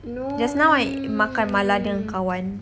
just now I makan mala dengan kawan